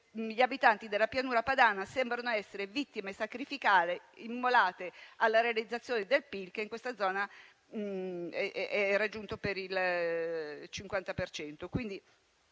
gli abitanti della Pianura Padana sembrano essere vittime sacrificali, immolate alla realizzazione del PIL che in questa zona ha raggiunto il 50